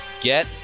get